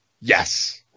Yes